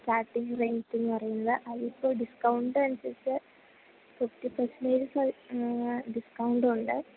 starting റേറ്റെന്ന് പറയുന്നത് അതിലിപ്പോള് ഡിസ്കൗണ്ട് അനുസരിച്ച് ഫിഫ്റ്റി പേസൻറ്റേജ് ഡിസ്കൗണ്ടുണ്ട്